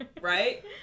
right